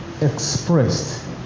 expressed